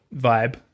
vibe